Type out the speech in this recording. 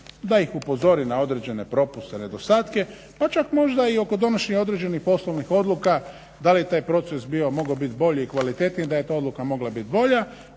da ih upozori na određene propuste nedostatke pa čak možda i oko donošenja određenih poslovnih odluka da li je taj proces bio mogao bit bolji i kvalitetniji, da je ta odluka mogla bit bolja,